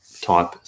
type